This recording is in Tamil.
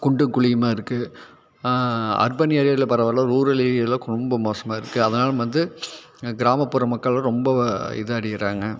குண்டு குழியுமாக இருக்குது அர்பன் ஏரியாவில் பரவாயில்ல ரூரல் ஏரியாவில் ரொம்ப மோசமாக இருக்குது அதனால் வந்து கிராமப்புற மக்கள் ரொம்ப இதை அடைகிறாங்க